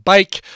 Bike